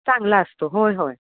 चांगला असतो होय होय